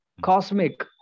cosmic